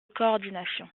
coordination